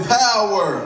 power